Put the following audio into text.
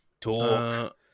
Talk